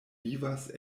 vivas